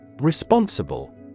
Responsible